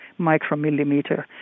micromillimeter